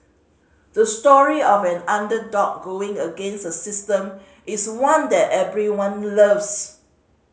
the story of an underdog going against the system is one that everyone loves